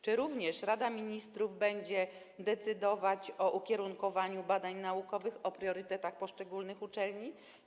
Czy również Rada Ministrów będzie decydować o ukierunkowaniu badań naukowych, o priorytetach poszczególnych uczelni?